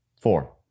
Four